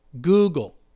Google